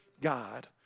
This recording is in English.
God